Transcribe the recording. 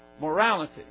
morality